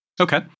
okay